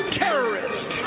terrorist